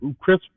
Chris